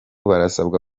barasabwa